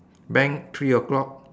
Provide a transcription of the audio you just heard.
bank three o'clock